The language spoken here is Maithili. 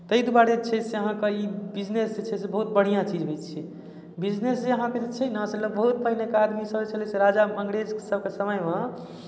ताहि दुआरे छै से अहाँकेँ ई बिजनेस छै से बहुत बढ़िआँ चीज होइत छै बिजनेस जे अहाँकेँ छै ने से जे बहुत पहिलुका आदमीसभ जे छलै राजा अंग्रेजसभके समयमे